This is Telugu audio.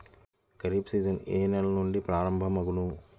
ఖరీఫ్ సీజన్ ఏ నెల నుండి ప్రారంభం అగును?